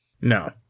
No